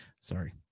Sorry